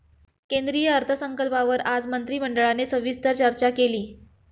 केंद्रीय अर्थसंकल्पावर आज मंत्रिमंडळाने सविस्तर चर्चा केली